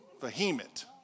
Vehement